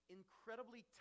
incredibly